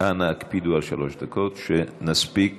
אנא הקפידו על שלוש דקות, שנספיק